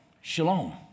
shalom